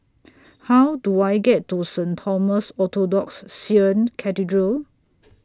How Do I get to Saint Thomas Orthodox Syrian Cathedral